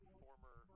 former